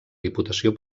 diputació